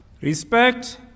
Respect